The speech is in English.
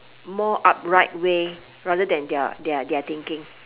more upright way rather than their their their thinking